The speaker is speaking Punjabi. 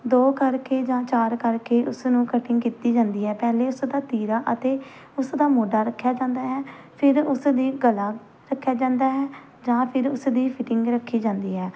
ਦੋ ਕਰਕੇ ਜਾਂ ਚਾਰ ਕਰਕੇ ਉਸਨੂੰ ਕਟਿੰਗ ਕੀਤੀ ਜਾਂਦੀ ਹੈ ਪਹਿਲੇ ਉਸਦਾ ਤੀਰਾ ਅਤੇ ਉਸਦਾ ਮੋਢਾ ਰੱਖਿਆ ਜਾਂਦਾ ਹੈ ਫਿਰ ਉਸਦੀ ਗਲਾ ਰੱਖਿਆ ਜਾਂਦਾ ਹੈ ਜਾਂ ਫਿਰ ਉਸਦੀ ਫਿਟਿੰਗ ਰੱਖੀ ਜਾਂਦੀ ਹੈ